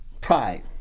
Pride